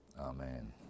Amen